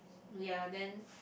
ya then